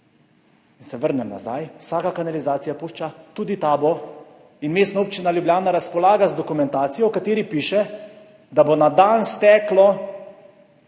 Če se vrnem nazaj, vsaka kanalizacija pušča, tudi ta bo in Mestna občina Ljubljana razpolaga z dokumentacijo, v kateri piše, da bo na dan steklo